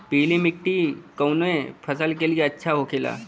पीला मिट्टी कोने फसल के लिए अच्छा होखे ला?